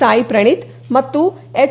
ಸಾಯಿ ಪ್ರಣೀತ್ ಮತ್ತು ಎಚ್